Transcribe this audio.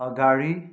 अगाडि